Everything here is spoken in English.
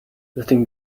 letting